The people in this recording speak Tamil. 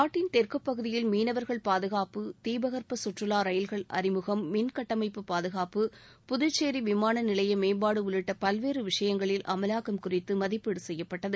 நாட்டின் தெற்குப்பகுதியில் மீனவர்கள் பாதுகாப்பு தீபகற்பச் சுற்றுவா ரயில்கள் அறிமுகம் மின் கட்டமைப்பு பாதுகாப்பு புதுச்சேரி விமான நிலைய மேம்பாடு உள்ளிட்ட பல்வேறு விஷயங்களில் அமலாக்கம் குறித்து மதிப்பீடு செய்யப்பட்டது